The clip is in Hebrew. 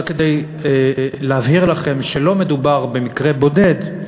רק כדי להבהיר לכם שלא מדובר במקרה בודד,